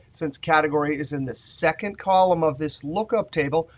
since category is in the second column of this lookup table,